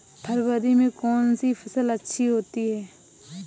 फरवरी में कौन सी फ़सल अच्छी होती है?